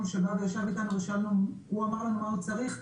שבא וישב איתנו ושם הוא אמר לנו מה הוא צריך,